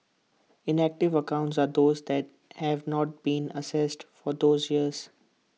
inactive accounts are those that have not been accessed for those years